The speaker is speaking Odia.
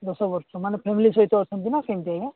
ଦଶ ବର୍ଷ ମାନେ ଫ୍ୟାମିଲି ସହିତ ଅଛନ୍ତି ନା କେମତି ଆଜ୍ଞା